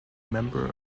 member